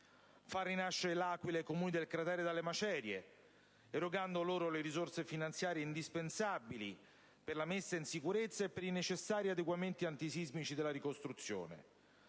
far rinascere L'Aquila e i comuni del cratere dalle macerie erogando loro le risorse finanziarie indispensabili per la messa in sicurezza e per i necessari adeguamenti antisismici della ricostruzione.